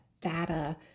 data